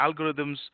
algorithms